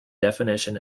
definition